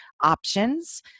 options